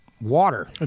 water